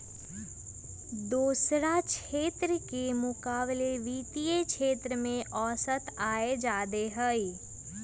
दोसरा क्षेत्र के मुकाबिले वित्तीय क्षेत्र में औसत आय जादे हई